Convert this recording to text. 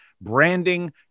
branding